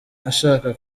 ashaka